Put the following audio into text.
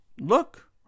look